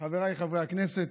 חבריי חברי הכנסת,